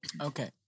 Okay